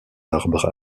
arbres